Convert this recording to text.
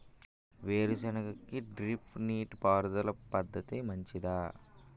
వేరుసెనగ కి డ్రిప్ నీటిపారుదల పద్ధతి మంచిదా?